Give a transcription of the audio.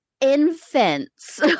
infants